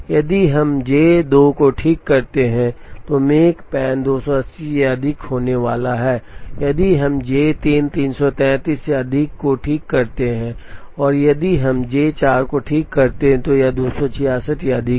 यदि हम J 2 को ठीक करते हैं तो मेकपैन 280 या अधिक होने वाला है यदि हम J 3 333 या अधिक को ठीक करते हैं और यदि हम J 4 को ठीक करते हैं तो यह 266 या अधिक है